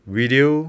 video